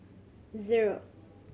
zero